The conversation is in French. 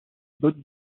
bottes